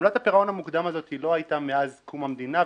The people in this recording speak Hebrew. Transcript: עמלת הפירעון המוקדם הזו לא היתה מאז קום המדינה,